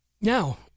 Now